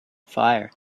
fire